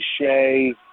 Shea